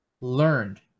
learned